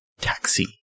taxi